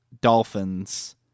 Dolphins